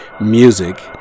music